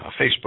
Facebook